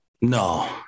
No